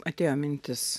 atėjo mintis